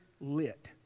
lit